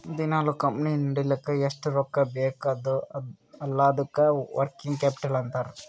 ದಿನಾಲೂ ಕಂಪನಿ ನಡಿಲ್ಲಕ್ ಎಷ್ಟ ರೊಕ್ಕಾ ಬೇಕ್ ಅಲ್ಲಾ ಅದ್ದುಕ ವರ್ಕಿಂಗ್ ಕ್ಯಾಪಿಟಲ್ ಅಂತಾರ್